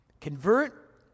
convert